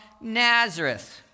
Nazareth